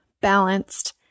balanced